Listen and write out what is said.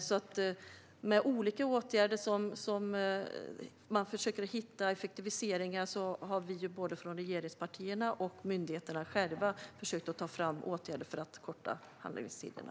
Man försöker med olika åtgärder att hitta effektiviseringar. Vi har både från regeringspartierna och från myndigheterna själva försökt att ta fram åtgärder för att korta handläggningstiderna.